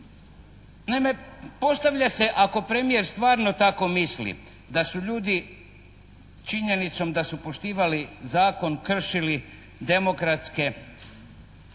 Naime, postavlja se, ako premijer stvarno tako misli da su ljudi činjenicom da su poštivali zakon kršili demokratske stečevine,